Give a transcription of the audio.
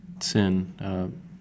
Sin